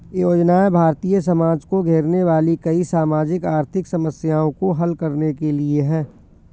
योजनाएं भारतीय समाज को घेरने वाली कई सामाजिक आर्थिक समस्याओं को हल करने के लिए है